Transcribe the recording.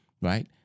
right